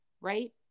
right